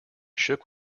shook